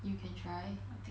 you can try